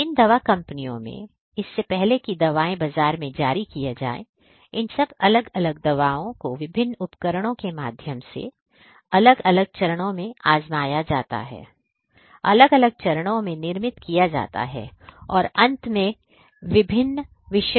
तो इन दवा कंपनियों में इससे पहले कि इन दवाओं को बाजार में जारी किया जाये इन सब अलग दवाओं को विभिन्न उपकरणों के माध्यम से अलग अलग चरणों में आज़माया जाता है अलग अलग चरणों में निर्मित किया जाता है और अंत में विभिन्न विषयों से आजमाया जाता है